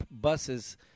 buses